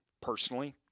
personally